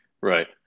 Right